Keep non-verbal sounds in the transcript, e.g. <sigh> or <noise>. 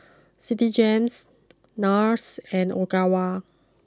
Citigem <unintelligible> Nars and Ogawa